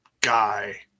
guy